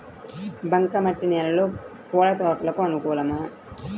బంక మట్టి నేలలో పూల తోటలకు అనుకూలమా?